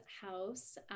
house